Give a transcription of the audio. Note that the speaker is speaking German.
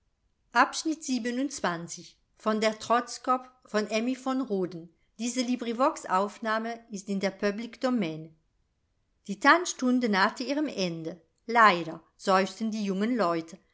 das zimmer die tanzstunde nahte ihrem ende leider seufzten die jungen leute